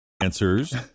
Answers